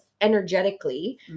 energetically